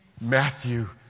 Matthew